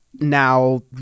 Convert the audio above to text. now